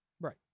Right